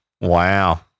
Wow